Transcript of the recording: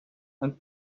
and